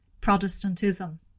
Protestantism